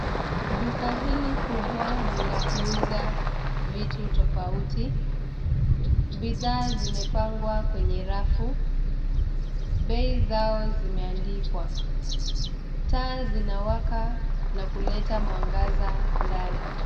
Duka hili kubwa ni la kuuza vitu tofauti. Bidhaa zimepangwa kwenye rafu. Bei zao zimeandikwa, taa zinawaka na kuleta mwangaza ndani.